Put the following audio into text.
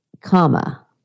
comma